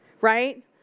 right